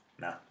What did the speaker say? No